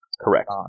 Correct